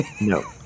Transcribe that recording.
No